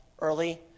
early